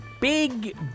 Big